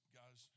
guys